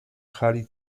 hali